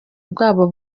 bwabo